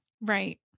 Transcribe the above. Right